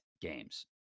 games